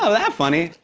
ah that funny.